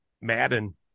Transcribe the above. Madden